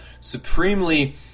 supremely